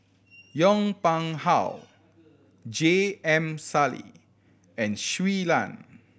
Yong Pung How J M Sali and Shui Lan